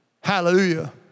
Hallelujah